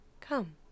Come